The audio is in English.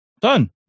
Done